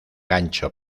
gancho